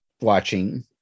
watching